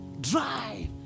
drive